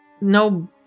No